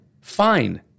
fine